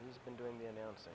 he's been doing the announc